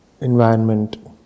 environment